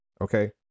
okay